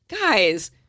guys